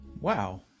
Wow